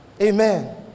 Amen